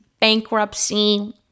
bankruptcy